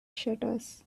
shutters